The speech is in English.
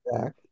back